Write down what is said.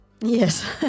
Yes